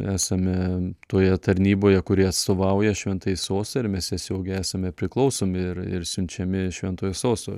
esame toje tarnyboje kuri atstovauja šventąjį sostą ir mes tiesiog esame priklausomi ir ir siunčiami šventojo sosto